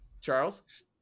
Charles